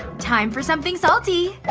time for something salty.